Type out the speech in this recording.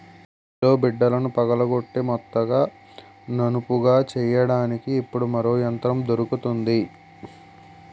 మడిలో బిడ్డలను పగలగొట్టి మెత్తగా నునుపుగా చెయ్యడానికి ఇప్పుడు హరో యంత్రం దొరుకుతుంది